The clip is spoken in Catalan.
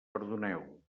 perdoneu